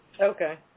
Okay